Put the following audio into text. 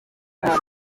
ushize